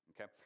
okay